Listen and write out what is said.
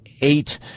eight